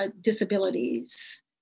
disabilities